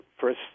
first